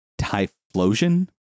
Typhlosion